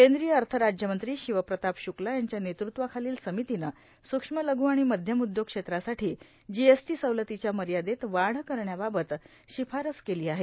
केंद्रीय अर्थ राज्यमंत्री शिवप्रताप शुक्ला यांच्या नेतृत्वाखालील समितीनं सूक्ष्म लघू आणि मध्यम उद्योग क्षेत्रासाठी जीएसटी सवलतीच्या मर्यादेत वाढ करण्याबाबत शिफारस केली आहे